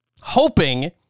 Hoping